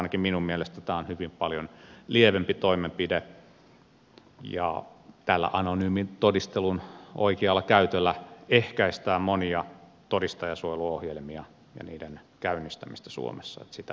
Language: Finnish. ainakin minun mielestäni tämä on hyvin paljon lievempi toimenpide ja tällä anonyymin todistelun oikealla käytöllä ehkäistään monia todistajansuojeluohjelmia ja niiden käynnistämistä suomessa joten sitä myös pitää käyttää